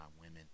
Women